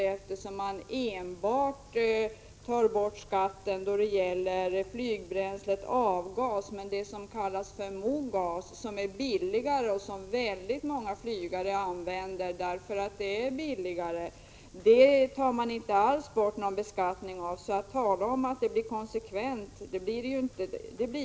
Man vill ta bort skatten enbart på Prot. 1986/87:133 flygbränslet Avgas medan man inte alls föreslår något skattebortagande 1 juni 1987 beträffande Mogas, som är billigare och som därför används av ett stort antal flygare. Det är alltså inte någon konsekvens i beskattningen.